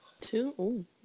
Two